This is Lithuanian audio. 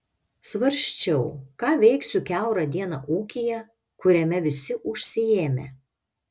svarsčiau ką veiksiu kiaurą dieną ūkyje kuriame visi užsiėmę